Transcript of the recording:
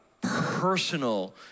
personal